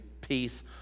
peace